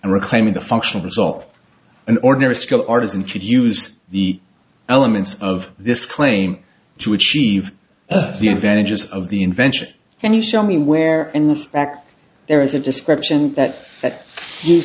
and reclaiming the functional result in ordinary school artisan could use the elements of this claim to achieve the advantages of the invention and you show me where in the stack there is a description that